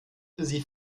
sie